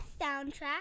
soundtrack